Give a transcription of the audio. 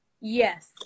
yes